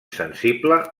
sensible